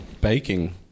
baking